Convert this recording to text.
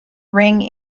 ring